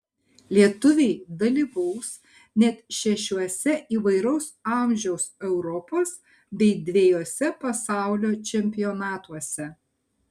lietuviai dalyvaus net šešiuose įvairaus amžiaus europos bei dvejuose pasaulio čempionatuose